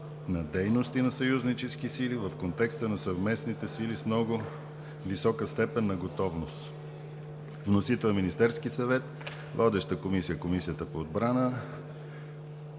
на дейности на съюзнически сили в контекста на съвместните сили с много висока степен на готовност. Вносител е Министерският съвет. Водеща е Комисията по отбрана.